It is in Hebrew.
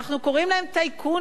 אנחנו קוראים להם טייקונים,